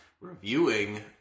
reviewing